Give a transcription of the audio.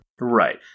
Right